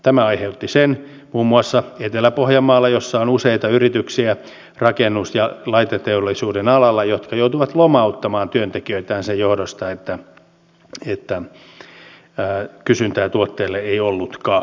tämä aiheutti sen muun muassa etelä pohjanmaalla jossa on useita yrityksiä rakennus ja laiteteollisuuden alalla että ne joutuivat lomauttamaan työtekijöitään sen johdosta että kysyntää tuotteille ei ollutkaan